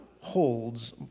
holds